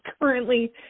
Currently